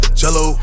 jello